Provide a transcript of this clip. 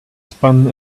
spun